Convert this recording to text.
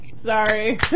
Sorry